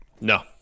No